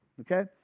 okay